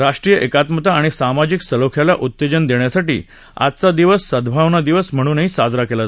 राष्ट्रीय एकात्मता आणि सामाजिक सलोख्याला उत्तेजन देण्यासाठी आजचा दिवस सद्भावना दिवस म्हणूनही साजरा केला जातो